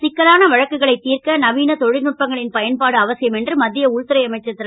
சிக்கலான வழக்குகளைத் திர்க்க நவீன தொ ல்நுட்பங்களின் பயன்பாடு அவசியம் என்று மத் ய உள்துறை அமைச்சர் ரு